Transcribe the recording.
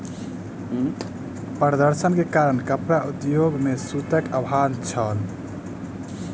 प्रदर्शन के कारण कपड़ा उद्योग में सूतक अभाव छल